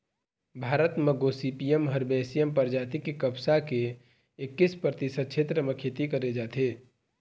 भारत म Gossypium herbaceum परजाति के कपसा के एक्कीस परतिसत छेत्र म खेती करे जाथे